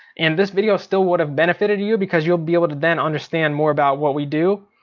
and this video still would have benefited you, because you'll be able to then understand more about what we do.